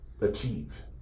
achieve